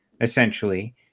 essentially